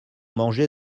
mangé